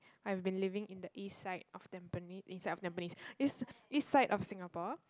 I've been living in the east side of tampines east side of tampines east east side of Singapore